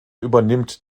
übernimmt